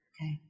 Okay